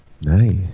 Nice